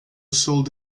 sold